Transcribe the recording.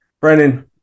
Brennan